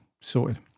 Sorted